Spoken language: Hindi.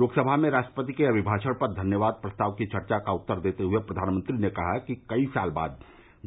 लोकसभा में राष्ट्रपति के अभिभाषण पर धन्यवाद प्रस्ताव की चर्चा का उत्तर देते हुए प्रधानमंत्री ने कहा कि बहुत साल बाद